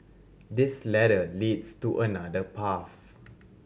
this ladder leads to another path